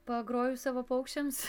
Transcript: pagroju savo paukščiams